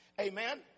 Amen